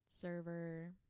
server